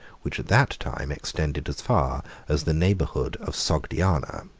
which at that time extended as far as the neighborhood of sogdiana.